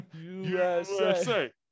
USA